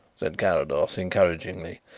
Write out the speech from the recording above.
said carrados encouragingly.